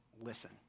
listen